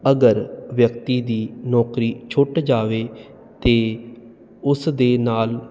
ਅਗਰ ਵਿਅਕਤੀ ਦੀ ਨੌਕਰੀ ਛੁੱਟ ਜਾਵੇ ਤੇ ਉਸ ਦੇ ਨਾਲ